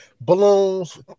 Balloons